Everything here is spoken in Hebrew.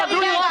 עכשיו.